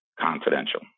confidential